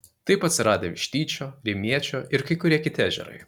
taip atsiradę vištyčio rimiečio ir kai kurie kiti ežerai